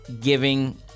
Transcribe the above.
giving